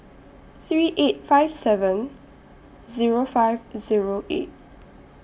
three eight five seven Zero five Zero eight